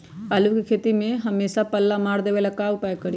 आलू के खेती में हमेसा पल्ला मार देवे ला का उपाय करी?